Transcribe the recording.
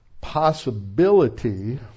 possibility